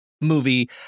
movie